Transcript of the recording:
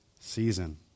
Season